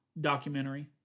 documentary